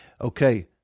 Okay